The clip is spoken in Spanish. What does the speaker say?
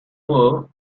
modo